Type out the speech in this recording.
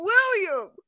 William